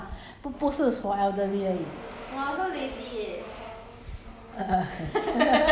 no the no 不是不 no you can you can also try [one] 不不是 for elderly 而已